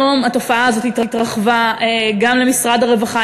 היום התופעה הזאת התרחבה גם למשרד הרווחה,